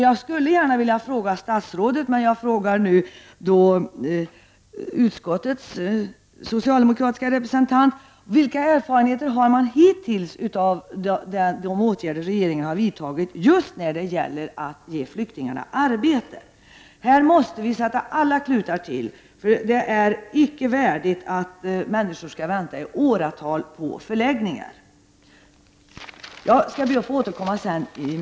Jag skulle gärna vilja fråga statsrådet, men jag frågar i stället utskottets socialdemokratiske representant: Vilka erfarenheter har man hittills av de åtgärder regeringen har vidtagit när det gäller att ge flyktingarna arbete? Här måste vi sätta till alla klutar, för det är icke värdigt att människor skall vänta i åratal på förläggningar. Jag skall be att få återkomma i en replik.